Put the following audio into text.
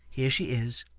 here she is,